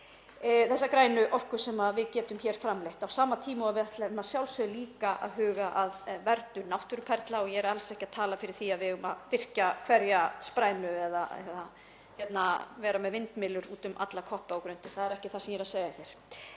þessa grænu orku sem við getum framleitt. Á sama tíma ætlum við að sjálfsögðu líka að huga að verndun náttúruperlna og ég er alls ekki að tala fyrir því að við eigum að virkja hverja sprænu eða vera með vindmyllur út um allar koppagrundir. Það er ekki það sem ég er að segja hér.